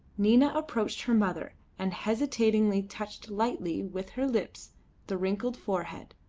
nina approached her mother and hesitatingly touched lightly with her lips the wrinkled forehead.